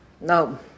No